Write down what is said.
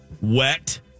wet